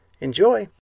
Enjoy